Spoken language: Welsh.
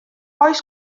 oes